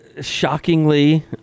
Shockingly